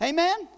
Amen